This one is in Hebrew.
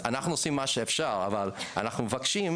אנחנו עושים